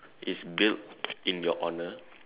it's built in your honor